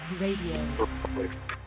Radio